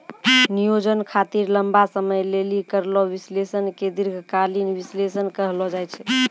नियोजन खातिर लंबा समय लेली करलो विश्लेषण के दीर्घकालीन विष्लेषण कहलो जाय छै